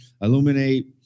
illuminate